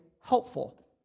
helpful